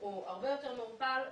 הוא הרבה יותר מעורפל,